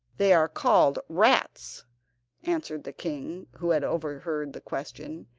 they are called rats answered the king, who had overheard the question,